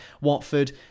Watford